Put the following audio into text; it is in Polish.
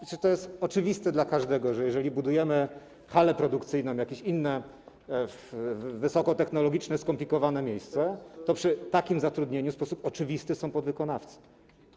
I jest oczywiste dla każdego, że jeżeli budujemy halę produkcyjną, jakieś inne wysokotechnologiczne, skomplikowane miejsce, to przy takim zatrudnieniu w sposób oczywisty są podwykonawcy.